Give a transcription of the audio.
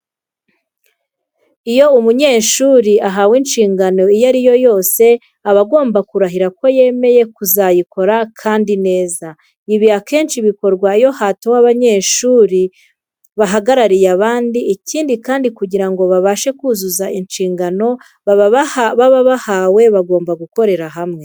Iyo umunyeshuri ahawe inshingano iyo ari yo yose aba agomba kurahira ko yemeye kuzayikora kandi neza. Ibi akenshi bikorwa iyo hatowe abayobozi b'abanyeshuri bahagarariye abandi. Ikindi kandi kugira ngo babashe kuzuza inshingano baba bahawe bagomba gukorera hamwe.